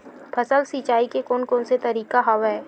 फसल सिंचाई के कोन कोन से तरीका हवय?